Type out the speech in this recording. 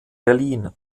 berlin